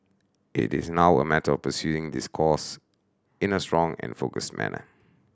it is now a matter of pursuing this course in a strong and focused manner